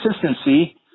consistency